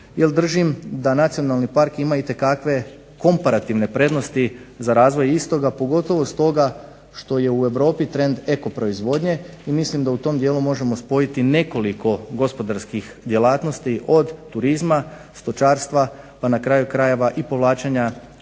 držim da Nacionalni park ima itekakve komparativne prednosti za razvoj istoga pogotovo stoga što je u Europi trend ekoproizvodnje i mislim da u tom dijelu možemo spojiti nekoliko gospodarskih djelatnosti od turizma, stočarstva pa na kraju krajeva povlačenja fondova